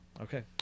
okay